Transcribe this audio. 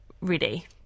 ready